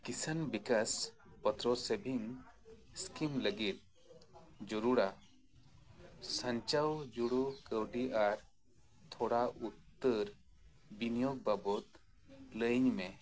ᱠᱤᱥᱟᱱ Vikas Patra savings scheme ᱞᱟᱹᱜᱤᱫ ᱡᱟᱹᱨᱩᱲᱟ ᱥᱟᱧᱪᱟᱣ ᱡᱩᱲᱩ ᱠᱟᱹᱣᱰᱤ ᱟᱨ ᱛᱷᱚᱲᱟ ᱩᱛᱟᱹᱨ ᱵᱤᱱᱤᱭᱚᱜᱽ ᱵᱟᱵᱚᱫᱽ ᱞᱟᱹᱭᱟᱹᱧ ᱢᱮ